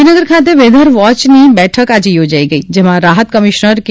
ગાંધીનગર ખાતે વેધર વૉચની બેઠક આજે યોજાઇ ગઇ જેમાં રાહત કમિશનર કે